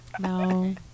no